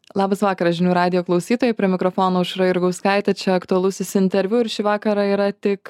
labas vakaras žinių radijo klausytojai prie mikrofono aušra jurgauskaitė čia aktualusis interviu vakarą yra tik